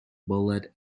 bullet